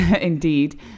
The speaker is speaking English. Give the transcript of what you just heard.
indeed